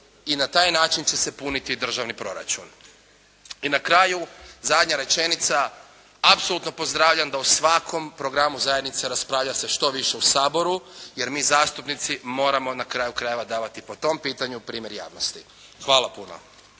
i na taj način će se puniti državni proračun. I na kraju, zadnja rečenica apsolutno pozdravljam da u svakom programu zajednice raspravlja se što više u Saboru jer mi zastupnici moramo na kraju krajeva davati po tom pitanju primjer javnosti. Hvala puno.